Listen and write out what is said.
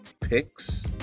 picks